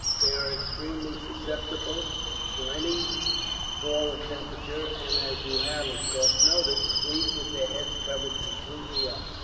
they are extremely susceptible to any fall of temperature, and as you have, of course, noticed, sleep with their heads covered completely up.